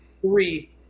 Three